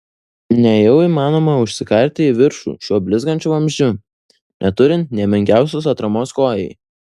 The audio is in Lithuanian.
nejau įmanoma užsikarti į viršų šiuo blizgančiu vamzdžiu neturint nė menkiausios atramos kojai